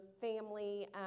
family